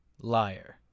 Liar